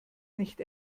nicht